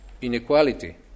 Inequality